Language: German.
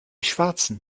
schwarzen